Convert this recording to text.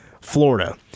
Florida